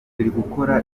gukora